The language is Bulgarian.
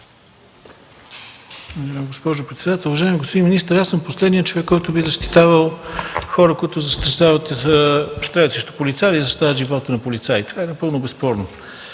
госпожо председател! Уважаеми господин министър, аз съм последният човек, който би защитавал хора, които стрелят срещу полицаи или застрашават живота на полицаи. Това е напълно безспорно.